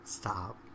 Stop